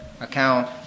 account